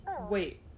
Wait